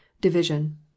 division